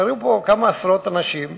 נשארו כאן כמה עשרות אנשים